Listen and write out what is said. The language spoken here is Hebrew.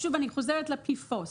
אני חוזרת שוב ל-PFOS: